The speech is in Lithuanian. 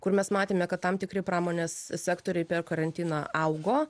kur mes matėme kad tam tikri pramonės sektoriai per karantiną augo